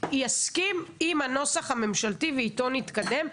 נסכים עם הממשלתי ואיתו נתקדם,